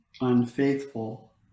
unfaithful